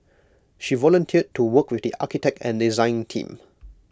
she volunteered to work with the architect and design team